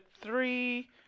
three